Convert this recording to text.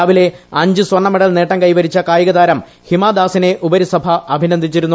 രാവിലെ അഞ്ച് സ്വർണ മെഡൽ നേട്ടം കൈവരിച്ചു കായികതാരം ഹിമ ദാസിനെ ഉപരിസഭ അഭിനന്ദിച്ചിരുന്നു